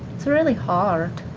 it's really hard.